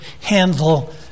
handle